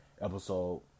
episode